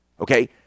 Okay